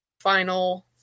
final